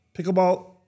Pickleball